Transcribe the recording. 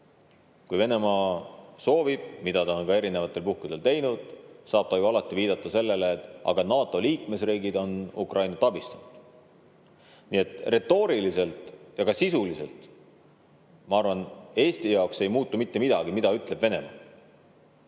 Kui Venemaa soovib, mida ta on ka erinevatel puhkudel teinud, saab ta ju alati viidata sellele, et aga NATO liikmesriigid on Ukrainat abistanud. Nii et retooriliselt ja ka sisuliselt, ma arvan, ei muutu Eesti jaoks mitte midagi sellest, mida ütleb Venemaa. Tulles